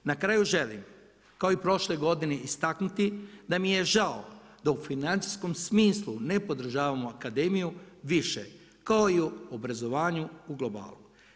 Na kraju želim kao i prošle godine istaknuti, da mi je žao da u financijskom smislu ne podržavamo Akademiju više kao i u obrazovanju u globalu.